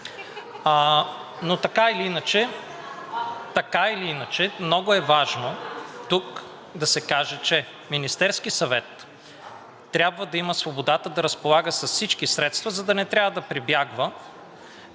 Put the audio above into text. Но така или иначе много е важно тук да се каже, че Министерският съвет трябва да има свободата да разполага с всички средства, за да не трябва да прибягва